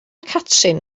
catrin